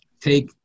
take